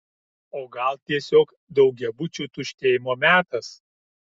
o gal tiesiog daugiabučių tuštėjimo metas